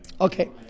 okay